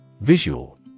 Visual